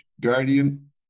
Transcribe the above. guardian